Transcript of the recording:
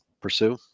pursue